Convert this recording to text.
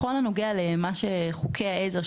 בכל הנוגע לחוקי העזר,